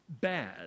bad